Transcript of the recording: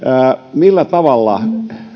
millä tavalla